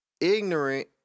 ignorant